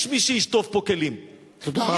יש מי שישטוף פה כלים, תודה רבה.